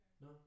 No